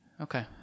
Okay